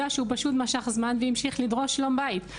שהוא פשוט משך זמן והמשיך לדרוש שלום בית,